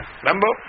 Remember